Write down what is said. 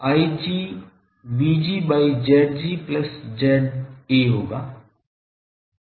Ig Vg by Zg plus ZA है